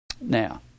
Now